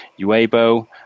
Uebo